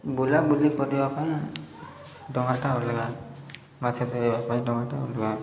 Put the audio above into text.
ବୁଲା ବୁଲି କରିବା ପାଇଁ ଡଙ୍ଗାଟା ଅଲଗା ମାଛ ଧରିବା ପାଇଁ ଡଙ୍ଗାଟା ଅଲଗା